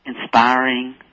inspiring